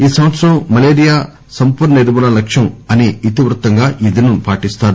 ఈ సంవత్సరం మలేరియా సంపూర్ణ నిర్మూలన లక్ష్యం అసే ఇతి వృత్తంగా ఈ దినం పాటిస్తారు